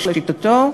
לשיטתו,